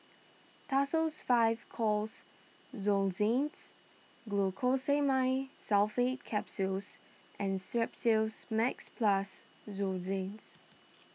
Tussils five Coughs Lozenges Glucosamine Sulfate Capsules and Strepsils Max Plus Lozenges